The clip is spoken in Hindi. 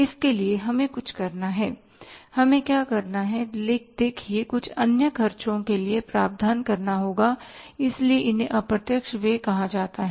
इसके लिए कि हमें कुछ करना है हमें क्या करना है देखिए कुछ अन्य खर्चों के लिए प्रावधान करना होगा इसीलिए उन्हें अप्रत्यक्ष व्यय कहा जाता है